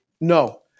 No